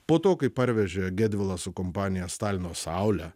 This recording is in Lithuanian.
po to kai parvežė gedvilas su kompanija stalino saulę